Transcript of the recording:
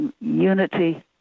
unity